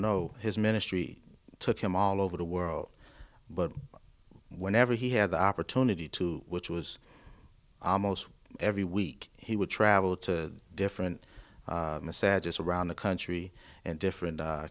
know his ministry took him all over the world but whenever he had the opportunity to which was almost every week he would travel to different sad just around the country and different